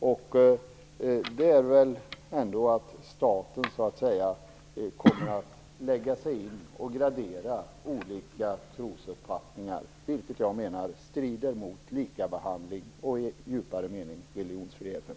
Då kommer väl ändå staten att lägga sig i och gradera olika trosuppfattningar, vilket jag menar strider mot likabehandling och i djupare mening religionsfriheten.